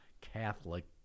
Catholic